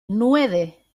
nueve